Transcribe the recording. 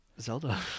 Zelda